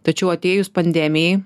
tačiau atėjus pandemijai